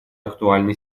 актуальны